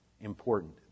important